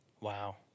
wow